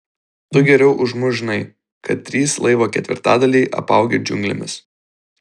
tu geriau už mus žinai kad trys laivo ketvirtadaliai apaugę džiunglėmis